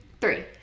three